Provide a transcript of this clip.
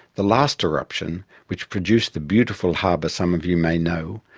the last eruption, which produced the beautiful harbour some of you may know,